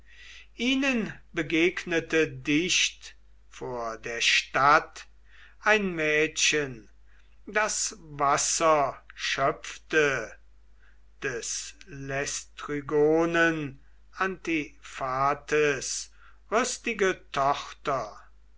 ihnen begegnete dicht vor der stadt ein mädchen das wasser schöpfte des laistrygonen antiphates rüstige tochter